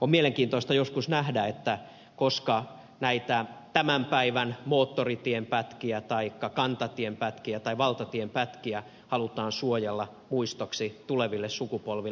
on mielenkiintoista joskus nähdä koska näitä tämän päivän moottoritien pätkiä taikka kantatien pätkiä tai valtatien pätkiä halutaan suojella muistoksi tuleville sukupolville